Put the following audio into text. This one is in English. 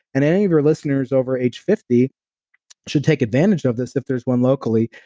and any of your listeners over age fifty should take advantage of this if there is one locally.